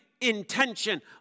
intention